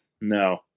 no